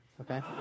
okay